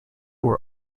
were